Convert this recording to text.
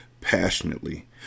passionately